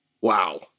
Wow